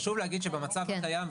חשוב להגיד שבמצב הקיים,